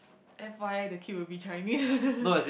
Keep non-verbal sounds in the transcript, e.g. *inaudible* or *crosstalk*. f_y_i the kid will be Chinese *laughs*